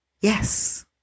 Yes